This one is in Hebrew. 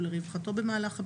ולרווחתו במהלך הבידוד,